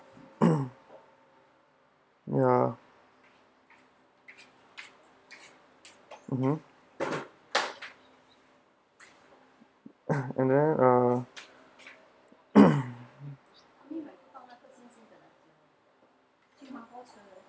ya mmhmm and then uh